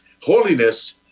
Holiness